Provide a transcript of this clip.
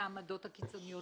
העמדות הקיצוניות.